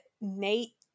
Nate